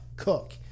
cook